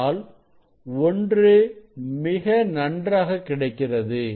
ஆனால் ஒன்று மிக நன்றாக கிடைக்கிறது